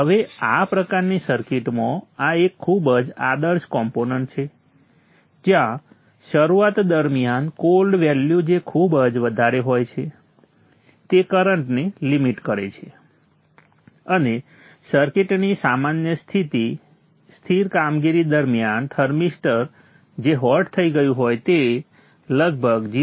હવે આ પ્રકારની સર્કિટમાં આ એક ખૂબ જ આદર્શ કોમ્પોનન્ટ છે જ્યાં શરૂઆત દરમિયાન કોલ્ડ વેલ્યુ જે ખૂબ વધારે હોય છે તે કરંટને લિમિટ કરે છે અને સર્કિટની સામાન્ય સ્થિર કામગીરી દરમિયાન થર્મિસ્ટર જે હોટ થઈ ગયું હોય તે લગભગ 0